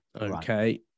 Okay